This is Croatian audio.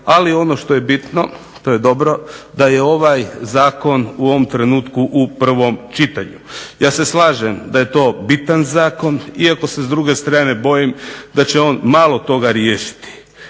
Ali ono što je bitno, to je dobro, da je ovaj zakon u ovom trenutku u prvom čitanju. Ja se slažem da je to bitan zakon, iako se s druge strane bojim da će on malo toga riješiti.